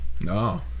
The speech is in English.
No